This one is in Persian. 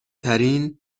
ترین